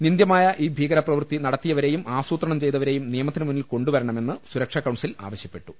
നിന്ദൃമായ ഈ ഭീകരപ്രവൃത്തി നടത്തിയവരേയും ആസൂ ത്രണം ചെയ്തവരേയും നിയമത്തിന് മുന്നിൽ കൊണ്ടുവരണ മെന്ന് സുരക്ഷാ കൌൺസിൽ ആവശ്യപ്പെട്ടു